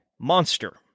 monster